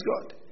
God